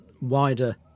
wider